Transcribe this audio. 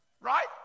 right